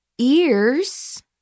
ears